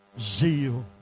zeal